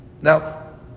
Now